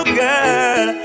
girl